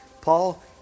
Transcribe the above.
Paul